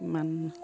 ইমান